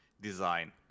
design